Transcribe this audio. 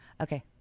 okay